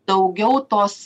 daugiau tos